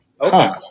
Okay